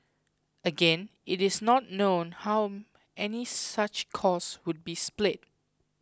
again it is not known how any such cost would be split